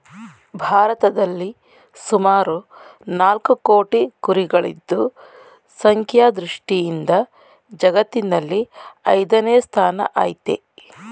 ಭಾರತದಲ್ಲಿ ಸುಮಾರು ನಾಲ್ಕು ಕೋಟಿ ಕುರಿಗಳಿದ್ದು ಸಂಖ್ಯಾ ದೃಷ್ಟಿಯಿಂದ ಜಗತ್ತಿನಲ್ಲಿ ಐದನೇ ಸ್ಥಾನ ಆಯ್ತೆ